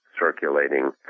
circulating